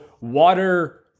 water